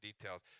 details